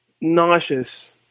nauseous